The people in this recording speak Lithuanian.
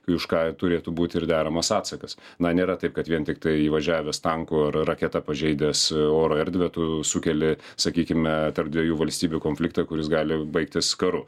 už ką turėtų būti ir deramas atsakas na nėra taip kad vien tiktai įvažiavęs tanku ra raketa pažeidęs oro erdvę tu sukeli sakykime tarp dviejų valstybių konfliktą kuris gali baigtis karu